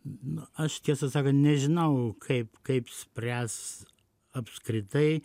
na aš tiesą sakant nežinau kaip kaip spręs apskritai